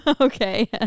okay